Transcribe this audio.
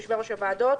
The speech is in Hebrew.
יושבי-ראש הוועדות,